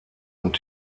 und